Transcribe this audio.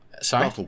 sorry